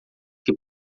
que